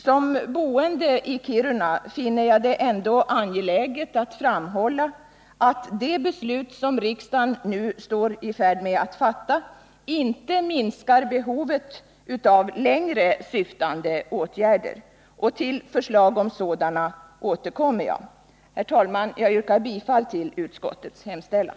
Som boende i Kiruna finner jag det ändå angeläget att framhålla, att det beslut riksdagen nu står inför att fatta inte minskar behovet av längre syftande Åtgärder. Till förslag om sådana åtgärder återkommer jag. Herr talman! Jag yrkar bifall till utskottets hemställan.